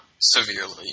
severely